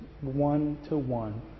one-to-one